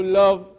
love